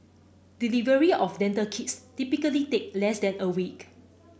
delivery of dental kits typically take less than a week